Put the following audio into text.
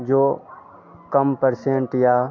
जो कम परसेंट या